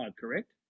correct